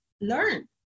Learn